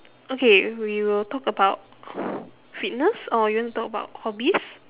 okay we will talk about fitness or you want to talk about hobbies